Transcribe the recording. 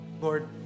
Lord